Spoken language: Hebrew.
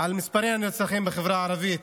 על מספרי הנרצחים חברה הערבית,